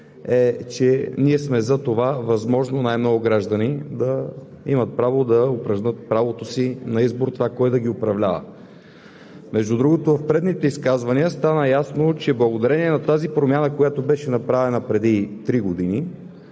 е, че ние сме за това възможно най-много граждани да имат право да упражнят правото си на избор за това кой да ги управлява. Между другото, в предните изказвания стана ясно, че благодарение на промяната, която беше направена преди три години,